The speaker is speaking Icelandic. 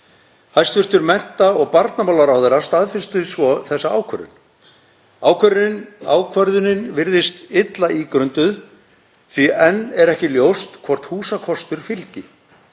Hæstv. mennta- og barnamálaráðherra staðfesti svo þessa ákvörðun. Ákvörðunin virðist illa ígrunduð því enn er ekki ljóst hvort húsakostur fylgi.